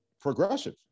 progressive